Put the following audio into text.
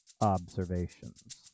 observations